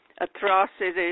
atrocities